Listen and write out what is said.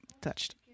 touched